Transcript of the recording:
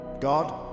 God